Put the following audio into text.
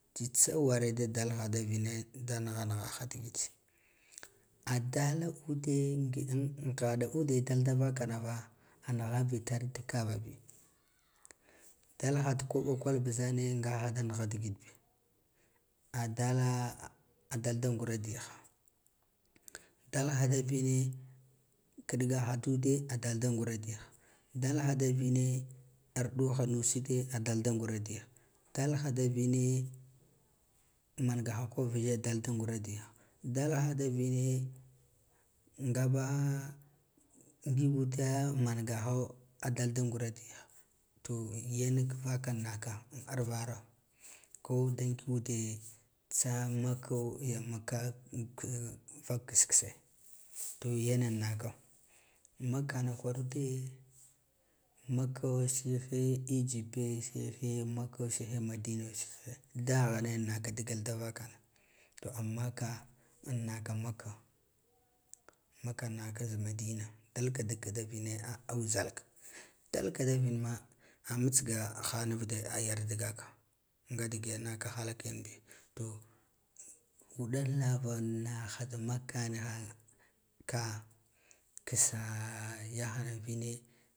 Tsitsa ware da dalha da vene da nigha nigha ka digid adat ude ngig an ghada ude dalda vakanama a nigha bitar tigeabbabi ɗalkha ti koɓo kwal buzani ngaha da n igha digid bi aɓala adalda ngura diha dalha davi ne kidga da ude adaldangura diha dalnha da vine arɗuha nasud ude adalda ngura diha dalha da vine mangaha koɓ vize dalda ngura diha dalha da vine ngaba ngig udaa kiɗgaho a dalda ngura diha to yanka vakan naka an avraro ko da ngig ude tsa makko ya maka vak kass kasse to yenan naka makkana kwarude makko ejibpe ghihe makka sihe madina sihe da ghane naka to amma ka naka makka naka da madina dalka dila da vine aujhakka ɗalka da vinma ɗanmitsigaha ayarda gaka nga dige naka halak yenbi do uɗan lavan ndaha da makka ka kasse yana vine.